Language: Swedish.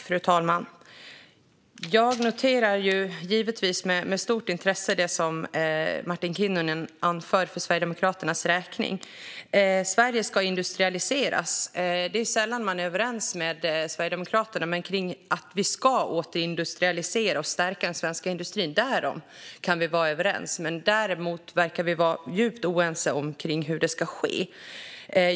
Fru talman! Jag noterar givetvis med stort intresse det som Martin Kinnunen anför för Sverigedemokraternas räkning. Sverige ska industrialiseras. Det är sällan man är överens med Sverigedemokraterna, men att vi ska återindustrialisera och stärka den svenska industrin kan vi vara överens om. Däremot verkar vi vara djupt oense om hur detta ska ske.